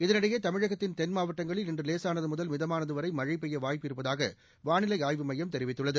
இதனிடையே தமிழகத்தின் தென் மாவட்டங்களில் இன்று லேசானது முதல் மிதமானது வரை மழை பெய்ய வாய்ப்பு இருப்பதாக வானிலை ஆய்வுமையம் தெரிவித்துள்ளது